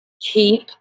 Keep